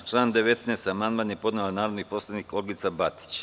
Na član 19. amandman je podnela narodni poslanik Olgica Batić.